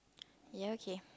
ya okay